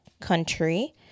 country